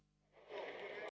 Дякую.